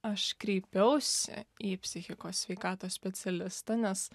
aš kreipiausi į psichikos sveikatos specialistą nes